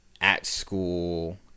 at-school